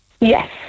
yes